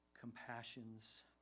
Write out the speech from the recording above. compassions